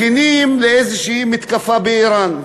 מכינים איזושהי מתקפה באיראן,